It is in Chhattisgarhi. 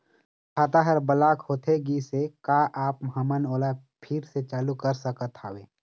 मोर खाता हर ब्लॉक होथे गिस हे, का आप हमन ओला फिर से चालू कर सकत हावे?